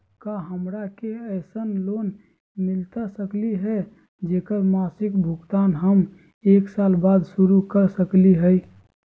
का हमरा के ऐसन लोन मिलता सकली है, जेकर मासिक भुगतान हम एक साल बाद शुरू कर सकली हई?